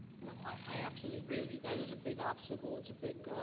i absolutely agree with you. that is a big obstacle. it's a big